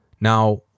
Now